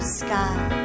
sky